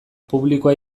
publikoa